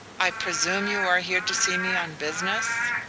i presume you're here to see me on business?